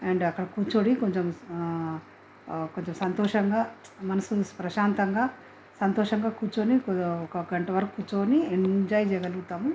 and అక్కడ కూర్చొనీ కొంచెం కొంచెం సంతోషంగా మనస్సును ప్రశాంతంగా సంతోషంగా కూర్చొనీ ఒక ఒక గంట వరకు కూర్చొనీ ఎంజాయ్ చేయగలుగుతాము